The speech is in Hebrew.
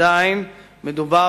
עדיין מדובר,